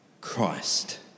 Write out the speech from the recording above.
Christ